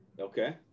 okay